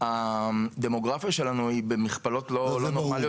הדמוגרפיה שלנו היא במכפלות לא נורמליות.